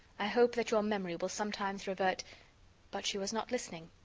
i hope that your memory will sometimes revert but she was not listening.